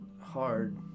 hard